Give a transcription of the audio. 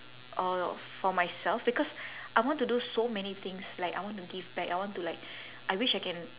or for myself because I want to do so many things like I want to give back I want to like I wish I can